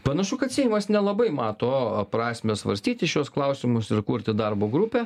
panašu kad seimas nelabai mato prasmę svarstyti šiuos klausimus ir kurti darbo grupę